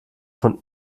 von